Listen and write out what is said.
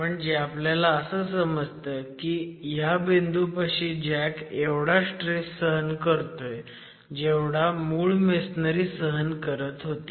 म्हणजे आपल्याला असं समजतं की ह्या बिंदूपाशी जॅक एवढा स्ट्रेस सहन करतोय जेवढा मूळ मेसनरी सहन करत होती